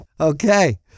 Okay